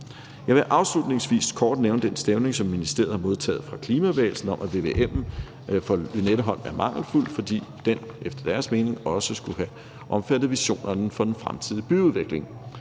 Jeg vil afslutningsvis kort nævne den stævning, som ministeriet har modtaget fra klimabevægelsen, om, at vvm'en for Lynetteholm er mangelfuld, fordi den efter deres mening også skulle have omfattet visioner for den fremtidige byudvikling.